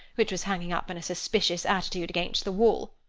which was hanging up in a suspicious attitude against the wall.